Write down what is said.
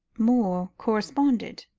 moore corresponded?